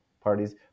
parties